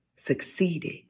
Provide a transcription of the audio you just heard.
Succeeded